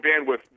bandwidth